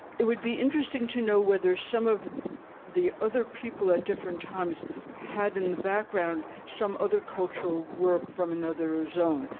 it would be interesting to know whether some of the other people at different times had in the background some other cultural work from another zone,